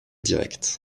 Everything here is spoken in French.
directs